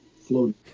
floating